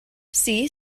see